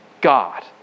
God